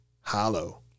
hollow